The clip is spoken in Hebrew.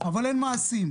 אבל אין מעשים,